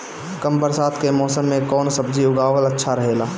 कम बरसात के मौसम में कउन सब्जी उगावल अच्छा रहेला?